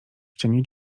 ścianie